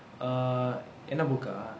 err என்ன:enna book ah